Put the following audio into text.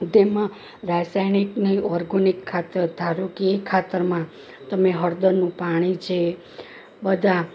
તેમાં રાસાયણિક ને ઓર્ગોનિક ખાતર ધારો કે એ ખાતરમાં તમે હળદરનું પાણી છે બધાં